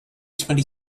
twenty